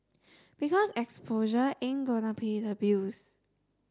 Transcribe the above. because exposure ain't gonna pay the bills